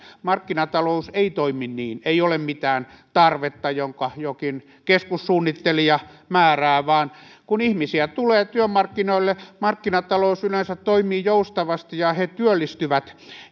markkinatalous ei toimi niin ei ole mitään tarvetta jonka jokin keskussuunnittelija määrää vaan kun ihmisiä tulee työmarkkinoille markkinatalous yleensä toimii joustavasti ja he työllistyvät